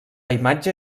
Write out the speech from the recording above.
imatge